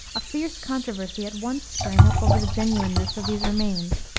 a fierce controversy at once sprang up over the genuineness of these remains.